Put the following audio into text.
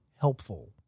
helpful